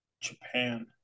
Japan